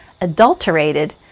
adulterated